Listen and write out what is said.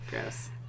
Gross